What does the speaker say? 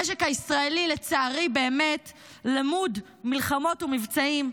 המשק הישראלי באמת למוד מלחמות ומבצעים,